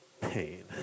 Pain